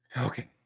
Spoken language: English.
Okay